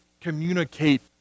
communicate